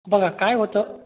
बघा काय होतं